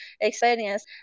experience